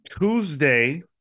Tuesday